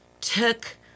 took